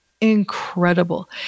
incredible